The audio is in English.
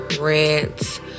rants